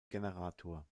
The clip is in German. generator